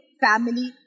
family